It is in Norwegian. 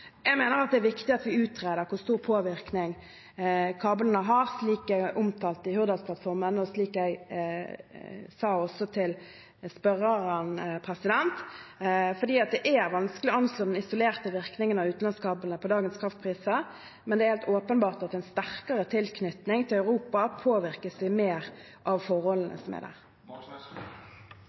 Jeg mener det er viktig at vi utreder hvor stor påvirkning kablene har, slik det er omtalt i Hurdalsplattformen, og slik jeg også sa til spørreren, fordi det er vanskelig å anslå den isolerte virkningen av utenlandskablene på dagens kraftpriser. Men det er helt åpenbart at med en sterkere tilknytning til Europa påvirkes vi mer av forholdene der. Det